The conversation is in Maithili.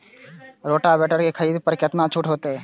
रोटावेटर के खरीद पर केतना छूट होते?